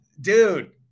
dude